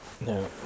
No